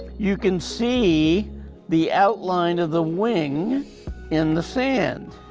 you can see the outline of the wing in the sand.